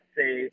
say